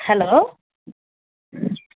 hello